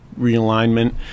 realignment